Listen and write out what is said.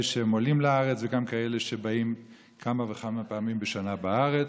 לארץ וגם כאלה שבאים כמה וכמה פעמים בשנה לארץ.